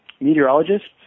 meteorologists